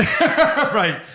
Right